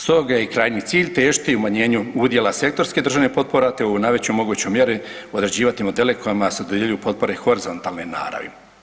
Stoga je i krajnji cilj težiti umanjenju udjela sektorskih državnih potpora, te u najvećoj mogućoj mjeri određivati modele kojima se dodjeljuju potpore horizontalne naravi.